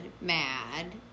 mad